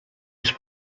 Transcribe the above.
już